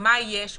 מה יש בהן?